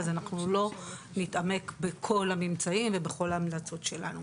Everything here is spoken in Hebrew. אז אנחנו לא נתעמק בכל הממצאים ובכל ההמלצות שלנו.